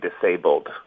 disabled